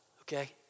okay